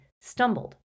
stumbled